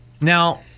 Now